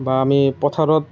বা আমি পথাৰত